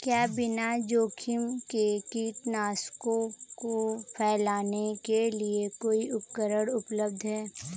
क्या बिना जोखिम के कीटनाशकों को फैलाने के लिए कोई उपकरण उपलब्ध है?